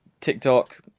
TikTok